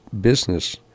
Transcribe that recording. business